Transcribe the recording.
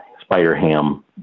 Spider-Ham